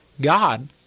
God